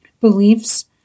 beliefs